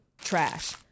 trash